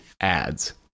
ads